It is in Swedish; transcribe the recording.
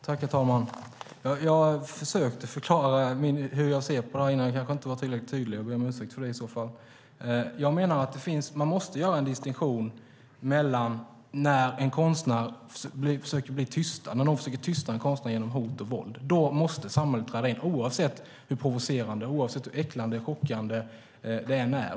Herr talman! Jag försökte förklara hur jag ser på det, men jag var kanske inte tillräckligt tydlig. Jag ber om ursäkt för det i så fall. När någon försöker tysta en konstnär genom hot och våld måste samhället träda in oavsett hur provocerande, äcklande och chockerande det än är.